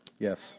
Yes